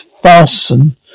fasten